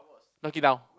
knock it down